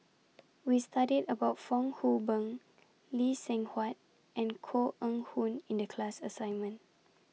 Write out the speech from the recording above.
We studied about Fong Hoe Beng Lee Seng Huat and Koh Eng Hoon in The class assignment